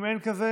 אם אין כזה,